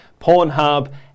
Pornhub